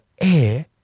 air